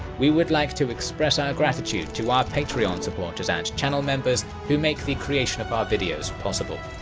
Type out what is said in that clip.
we would like to express our gratitude to our patreon supporters and channel members, who make the creation of our videos possible.